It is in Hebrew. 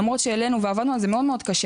למרות שהעלינו ועבדנו על זה מאוד קשה,